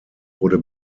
wurde